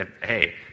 hey